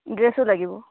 ড্ৰেছো লাগিব